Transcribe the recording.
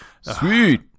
Sweet